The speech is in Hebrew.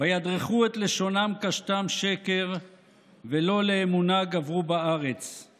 "וידרכו את לשונם קשתם שקר ולא לאמונה גברו בארץ";